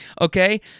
okay